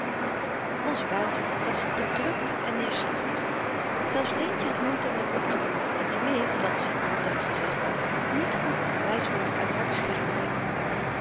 onze wouter was bedrukt en neerslachtig zelfs leentje had moeite om hem optebeuren en te meer omdat ze ronduit gezegd niet goed kon wys worden uit haar beschermeling